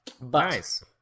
Nice